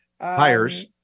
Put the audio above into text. hires